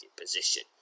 position